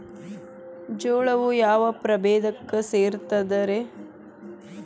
ಜೋಳವು ಯಾವ ಪ್ರಭೇದಕ್ಕ ಸೇರ್ತದ ರೇ?